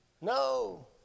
No